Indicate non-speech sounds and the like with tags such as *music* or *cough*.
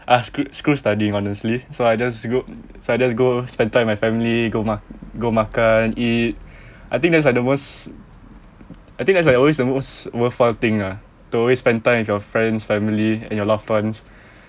ah screw screw studying honestly so I just go so I just go spend time with family go ma~ go makan eat I think that's like the most I think that's like always the most worthwhile thing ah to always spend time with your friends family and your loved ones *breath*